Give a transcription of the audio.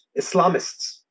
Islamists